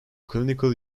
clinical